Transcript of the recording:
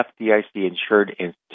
FDIC-insured